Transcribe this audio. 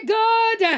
good